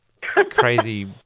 crazy